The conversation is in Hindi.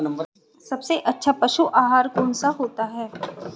सबसे अच्छा पशु आहार कौन सा होता है?